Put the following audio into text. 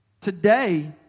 Today